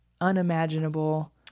unimaginable